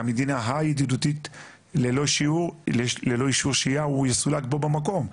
המדינה הידידותית ללא אישור שהייה הוא יסולק בו במקום,